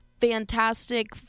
fantastic